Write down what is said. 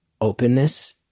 openness